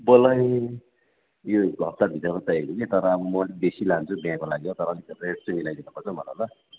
मलाई यो हप्ता भित्रमा चाहिएको कि तर म अलिक बेसी लान्छु बिहाको लागि हो तर रेट चाहिँ मिलाइ दिनुपर्छ मलाई ल